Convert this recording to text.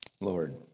Lord